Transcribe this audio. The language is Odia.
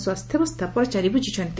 ସ୍ୱାସ୍ସ୍ୟବସ୍କା ପଚାରି ବୁଝିଛନ୍ତି